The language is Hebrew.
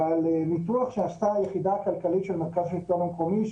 אבל ניתוח שעשתה היחידה הכלכלית של מרכז השלטון המקומי,